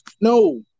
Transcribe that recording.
no